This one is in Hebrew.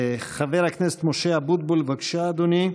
חבר הכנסת משה אבוטבול, בבקשה, אדוני.